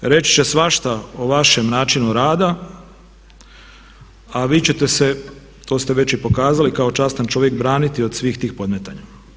Reći će svašta o vašem načinu rada, vi ćete se to ste već i pokazali kao častan čovjek braniti od svih tih podmetanja.